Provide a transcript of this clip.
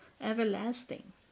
everlasting